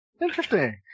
interesting